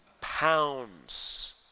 pounds